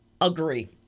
agree